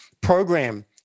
program